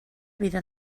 vida